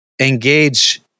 engage